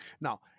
Now